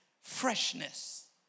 freshness